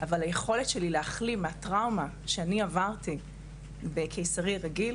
אבל היכולת שלי להחלים מהטראומה שאני עברתי בקיסרי רגיל